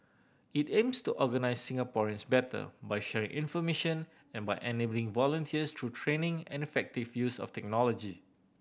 it aims to organise Singaporeans better by sharing information and by enabling volunteers through training and effective use of technology